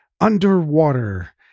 underwater